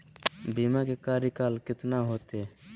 बीमा के कार्यकाल कितना होते?